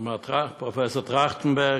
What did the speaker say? וגם אתה, פרופ' טרכטנברג,